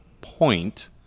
point